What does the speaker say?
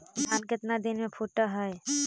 धान केतना दिन में फुट है?